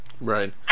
Right